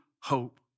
hope